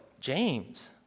James